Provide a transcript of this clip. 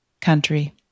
Country